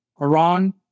Iran